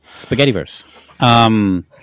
Spaghettiverse